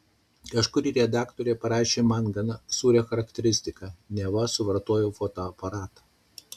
kažkuri redaktorė parašė man gana sūrią charakteristiką neva suvartojau fotoaparatą